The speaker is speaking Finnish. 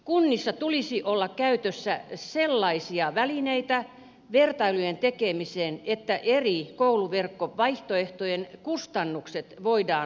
kunnissa tulisi olla käytössä sellaisia välineitä vertailujen tekemiseen että eri kouluverkkovaihtoehtojen kustannukset voidaan laskea